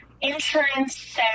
insurance